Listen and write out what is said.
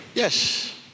Yes